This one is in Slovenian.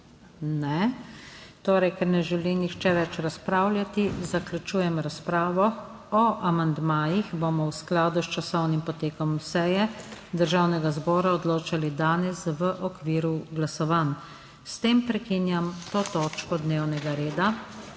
Ne, torej, ker ne želi nihče več razpravljati, zaključujem razpravo. O amandmajih bomo v skladu s časovnim potekom seje Državnega zbora odločali danes v okviru glasovanj. S tem prekinjam to točko dnevnega reda-